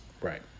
Right